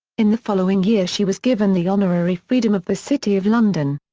in the following year she was given the honorary freedom of the city of london.